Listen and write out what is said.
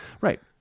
right